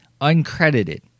uncredited